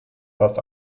fast